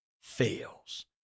fails